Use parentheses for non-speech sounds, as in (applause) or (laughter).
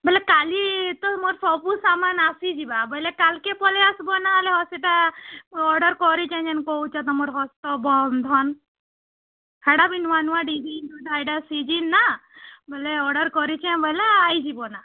ବୋଲେ କାଲି ତ ମୋର ସବୁ ସାମାନ୍ ଆସି ଯିବା ବୋଲେ କାଲ୍କେ ପଲାଇ ଆସିବ ନ ହେଲେ ସେଇଟା ଅର୍ଡ଼ର୍ କରିଛେ ଯେନ୍ କହୁଚ ତମର୍ ହସ୍ତବନ୍ଧନ୍ ସେଟା ବି ନୂଆ ନୂଆ (unintelligible) ଏଇଟା ସିଜିନ୍ନା ବୋଲେ ଅର୍ଡ଼ର୍ କରିଛେ ବୋଲେ ଆଇ ଯିବ ନା